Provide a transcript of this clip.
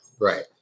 Right